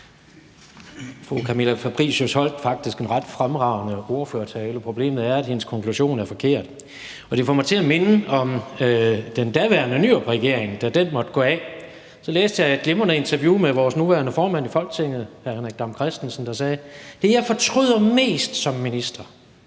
det, jeg fortryder mest som minister,